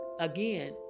again